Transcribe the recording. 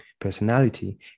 personality